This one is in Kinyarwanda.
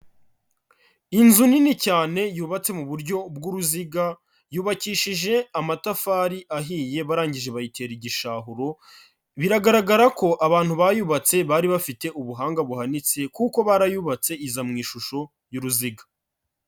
Inzu nini cyane yubatse mu buryo bw'uruziga yubakishije amatafari ahiye barangije bayitera igishahuro, biragaragara ko abantu bayubatse bari bafite ubuhanga buhanitse kuko barayubatse iza mu ishusho y'uruziga.